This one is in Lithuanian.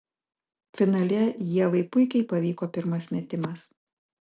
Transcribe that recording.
finale ievai puikiai pavyko pirmas metimas